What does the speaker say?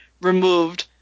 removed